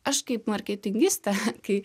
aš kaip marketingistė kai